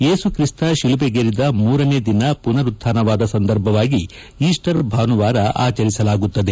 ಯೇಸುಕ್ರಿಸ್ತ ಶಿಲುಬೆಗೇರಿದ ಮೂರನೇ ದಿನ ಪುನರುತ್ದಾನವಾದ ಸಂದರ್ಭವಾಗಿ ಈಸ್ಟರ್ ಭಾನುವಾರ ಆಚರಿಸಲಾಗುತ್ತದೆ